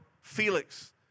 Felix